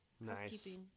Nice